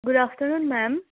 good afternoon ma'am